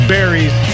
Berries